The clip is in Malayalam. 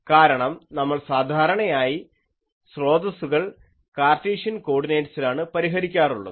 കാരണം നമ്മൾ സാധാരണയായി സ്രോതസ്സുകൾ കാർട്ടീഷ്യൻ കോർഡിനേറ്റ്സിലാണ് പരിഹരിക്കാറുള്ളത്